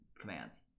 commands